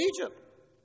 Egypt